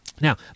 now